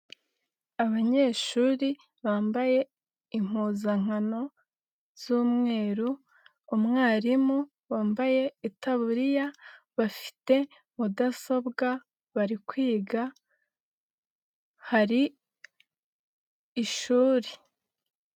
Abanyeshuri bambaye impuzankano z'umweru, umwarimu wambaye itaBUriya bafite mudasobwa bari kwiga hari ishuri.